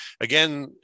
Again